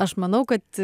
aš manau kad